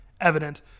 evident